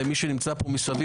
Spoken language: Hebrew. לכל מי שנמצא פה מסביב,